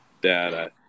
dad